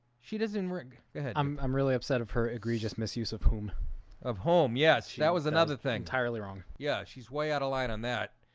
she doesn't rick um i'm really upset of her egregious misuse of whom of home. yes. that was another thing tirely wrong yeah, she's way out of line on that